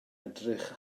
edrych